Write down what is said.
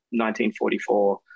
1944